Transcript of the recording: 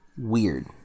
weird